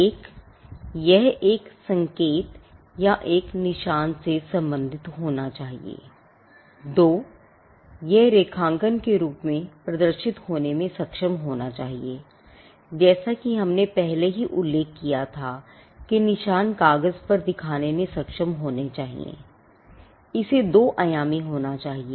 1 यह एक संकेत या एक निशान से संबंधित होना चाहिए 2 यह रेखांकन के रूप में प्रदर्शित होने में सक्षम होना चाहिए जैसा कि हमने पहले ही उल्लेख किया था कि निशान काग़ज़ पर दिखाने में सक्षम होना चाहिएइसे 2 आयामी होना चाहिए